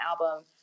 album